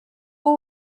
who